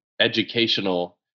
educational